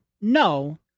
No